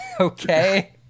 Okay